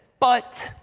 but